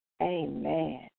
Amen